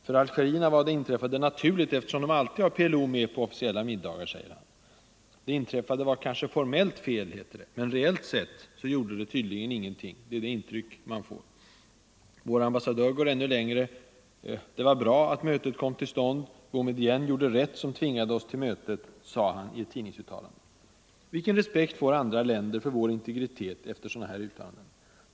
För algerierna var det inträffade naturligt, eftersom de alltid har PLO med på officiella middagar, säger han. Det inträffade var kanske ”formellt fel”, heter det, men reellt sett gjorde det tydligen ingenting — det är det intryck man får. Vår ambassadör går ännu längre: Det var bra att mötet kom till stånd; Boumédienne gjorde rätt som tvingade oss till mötet, sade han i ett tidningsuttalande. Vilken respekt får andra länder för vår integritet efter sådana uttalanden?